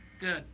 Good